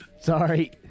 Sorry